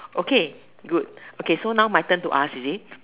okay good okay so now my turn to ask is it